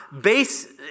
base